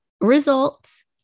results